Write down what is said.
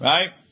Right